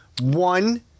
One